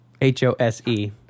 H-O-S-E